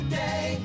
day